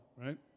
right